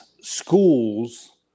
schools